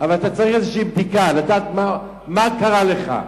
אבל אתה צריך איזו בדיקה לדעת מה קרה לך,